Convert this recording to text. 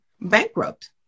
bankrupt